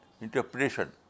interpretation